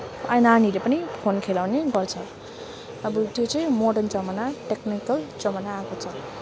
अहिले नानीहरूले पनि फोन खेलाउने गर्छ अब त्यो चाहिँ मोर्डन जमाना टेक्निकल जमाना आएको छ